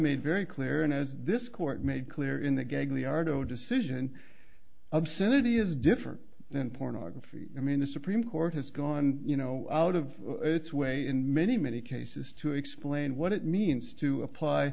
made very clear and as this court made clear in the gagliardi zero decision obscenity is different than pornography i mean the supreme court has gone you know out of its way in many many cases to explain what it means to apply